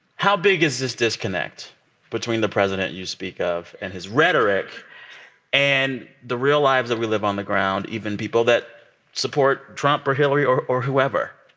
how big is this disconnect between the president you speak of and his rhetoric and the real lives that we live on the ground even people that support trump or hillary or or whoever?